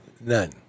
None